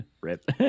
Rip